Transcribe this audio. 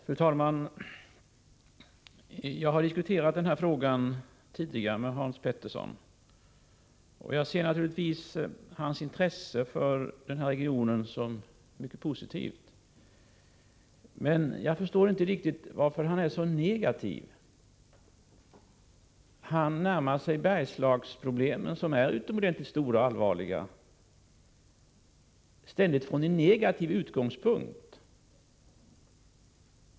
Fru talman! Jag har tidigare diskuterat denna fråga med Hans Petersson i Hallstahammar. Jag ser naturligtvis hans intresse för den här regionen som något mycket positivt. Men jag förstår inte riktigt varför han är så negativ. Han närmar sig ständigt Bergslagsproblemen, som är utomordentligt stora och allvarliga, från en negativ utgångspunkt.